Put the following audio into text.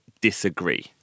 disagree